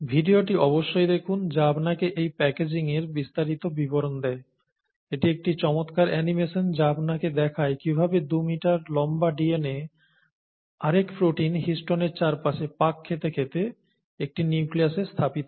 ভিডিওটি অবশ্যই দেখুন যা আপনাকে এই প্যাকেজিং এর বিস্তারিত বিবরণ দেয় এটি একটি চমৎকার অ্যানিমেশন যা আপনাকে দেখায় কিভাবে 2 মিটার লম্বা DNA আরেক প্রোটিন হিস্টোনের চারপাশে পাক খেতে খেতে একটি নিউক্লিয়াসে স্থাপিত হয়